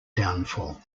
downfall